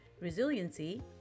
resiliency